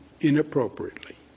inappropriately